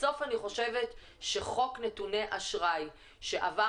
בסוף אני חושבת שחוק נתוני אשראי שעבר